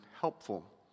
helpful